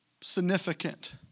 significant